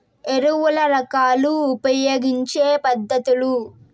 ఎరువుల రకాలు ఉపయోగించే పద్ధతులు?